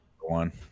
one